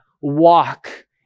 walk